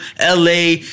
LA